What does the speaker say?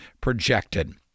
projected